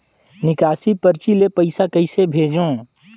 निकासी परची ले पईसा कइसे भेजों?